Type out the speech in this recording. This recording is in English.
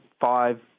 five